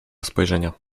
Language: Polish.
spojrzenia